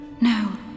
No